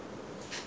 I remember